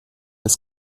ist